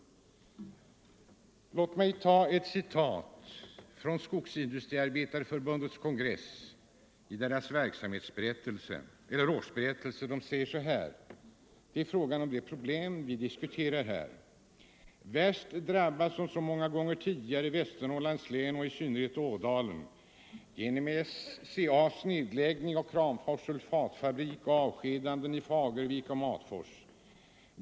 Låt mig anföra ett citat från Skogsindustriarbetareförbundets årsberättelse — det är fråga om de problem som vi diskuterar här: ”Värst drabbas, som så många gånger tidigare, Västernorrlands län och i synnerhet Ådalen genom SCA:s nedläggning av Kramfors Sulfitfabrik och avskedandena i Fagervik och Matfors.